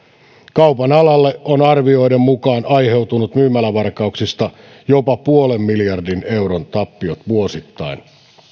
kaupan alalle on arvioiden mukaan aiheutunut myymälävarkauksista jopa puolen miljardin euron tappiot vuosittain